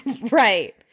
Right